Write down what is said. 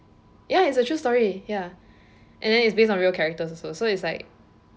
ya is a true story ya and then is based on real characters also so is like